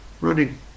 running